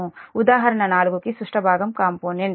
'ఉదాహరణ 4' కు సుష్ట భాగం కాంపోనెంట్